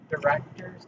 Directors